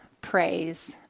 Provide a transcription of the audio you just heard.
praise